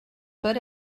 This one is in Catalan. per